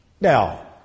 Now